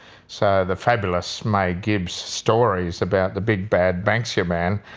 so the fabulous may gibbs stories about the big bad banksia men,